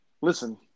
Listen